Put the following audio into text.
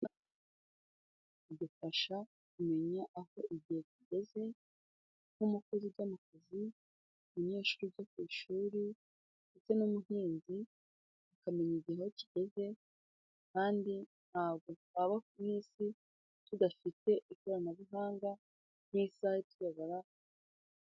Idufasha kumenya aho igihe kigeze. Nk'umukozi ujya mu kazi, umunyeshuri ujya ku ishuri, ndetse n'ubuhinzi akamenya igihe aho kigeze, kandi ntabwo twaba ku isi tudafite ikoranabuhanga nk'isaha ituyobora.